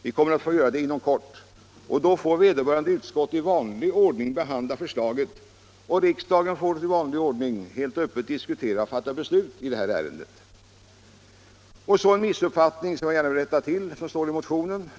Vi kommer att få göra det inom kort, och då får vederbörande utskott som vanligt behandla förslag och riksdagen kan i vanlig ordning helt öppet diskutera och fatta beslut i ärendet. Och så några ord om en missuppfattning i motionen som jag gärna vill rätta till!